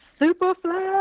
Superfly